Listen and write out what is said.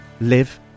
live